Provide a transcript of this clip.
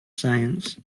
science